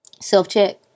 Self-check